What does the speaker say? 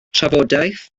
trafodaeth